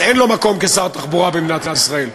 אז אין לו מקום כשר התחבורה במדינת ישראל.